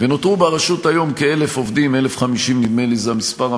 נדמה לי שאני הוכחתי את זה בפעם הקודמת מספיק.